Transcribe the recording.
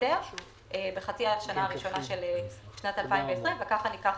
ביותר בחצי השנה הראשונה של שנת 2020. כך ניקח